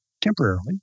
temporarily